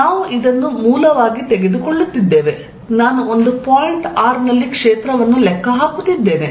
ನಾವು ಇದನ್ನು ಮೂಲವಾಗಿ ತೆಗೆದುಕೊಳ್ಳುತ್ತಿದ್ದೇವೆ ನಾನು ಒಂದು ಪಾಯಿಂಟ್ r ನಲ್ಲಿ ಕ್ಷೇತ್ರವನ್ನು ಲೆಕ್ಕ ಹಾಕುತ್ತಿದ್ದೇನೆ